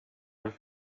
wurde